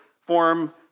form